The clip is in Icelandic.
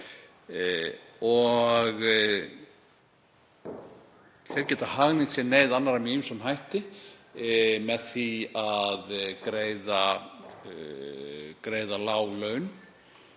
Þeir geta hagnýtt sér neyð annarra með ýmsum hætti; með því að greiða lág laun